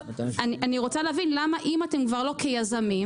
אני רוצה להבין: אם אתם כבר לא יזמים,